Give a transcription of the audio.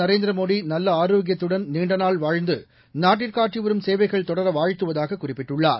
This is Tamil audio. நரேந்திரமோடி நல்ல ஆரோக்கியத்துடன் நீண்ட நாள் வாழ்ந்து நாட்டிற்கு ஆற்றிவரும் சேவைகள் தொடர வாழ்த்துவதாக குறிப்பிட்டுள்ளார்